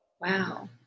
wow